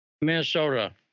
Minnesota